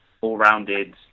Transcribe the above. all-rounded